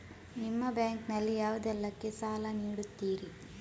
ನಿಮ್ಮ ಬ್ಯಾಂಕ್ ನಲ್ಲಿ ಯಾವುದೇಲ್ಲಕ್ಕೆ ಸಾಲ ನೀಡುತ್ತಿರಿ?